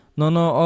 nono